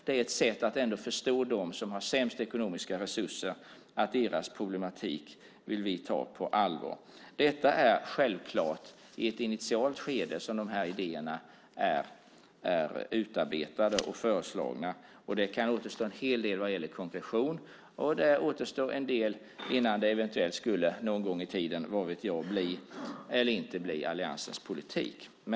Det är ett sätt att ändå förstå dem som har sämst ekonomiska resurser. Deras problematik vill vi ta på allvar. Det är självklart i ett initialt skede som de här idéerna är utarbetade och föreslagna. Det kan återstå en hel del vad gäller konkretion, och det återstår en del innan det eventuellt någon gång i tiden blir eller inte blir alliansens politik.